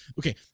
okay